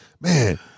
man